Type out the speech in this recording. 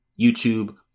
YouTube